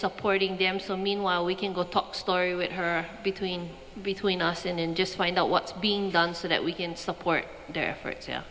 supporting them so meanwhile we can go top story with her between between us and in just find out what's being done so that we can support for it